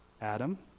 Adam